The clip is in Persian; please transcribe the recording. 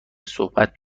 صحبت